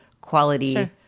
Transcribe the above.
quality